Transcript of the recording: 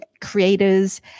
creators